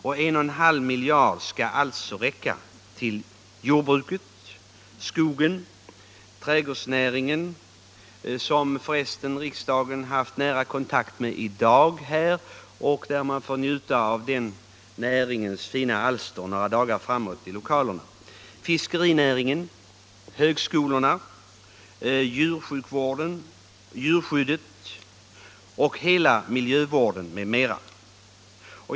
Och 1,5 miljarder skall alltså räcka till jordbruket, skogen, trädgårdsnäringen — som för resten riksdagen haft nära kontakt med i dag och vars fina alster vi kommer att få njuta av i lokalerna några dagar framåt — fiskerinäringen, högskolorna, djursjukvården, djurskyddet och hela miljövården.